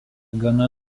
gana